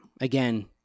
Again